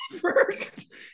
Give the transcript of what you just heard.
first